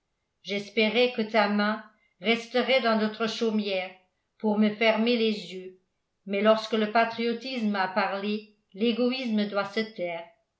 j'espérais que ta main resterait dans notre chaumière pour me fermer les yeux mais lorsque le patriotisme a parlé l'égoïsme doit se taire